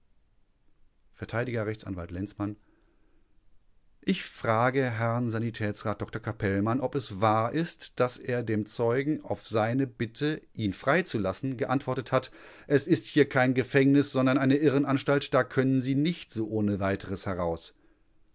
r a lenzmann ich frage herrn sanitätsrat dr capellmann ob es wahr ist daß er dem zeugen auf seine bitte ihn freizulassen geantwortet hat es ist hier kein gefängnis sondern eine irrenanstalt da können sie nicht so ohne weiteres heraus